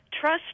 trust